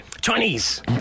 Chinese